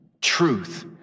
truth